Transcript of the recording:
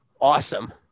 awesome